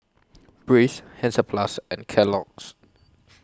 Breeze Hansaplast and Kellogg's